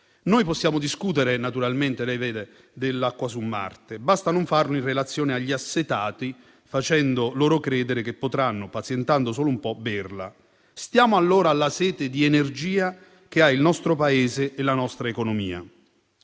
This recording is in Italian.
noi possiamo discutere dell'acqua su Marte, basta non farlo in relazione agli assetati, facendo loro credere che potranno, pazientando solo un po', berla. Stiamo allora alla sete di energia che hanno il nostro Paese e la nostra economia